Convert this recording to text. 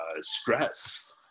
stress